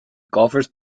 golfers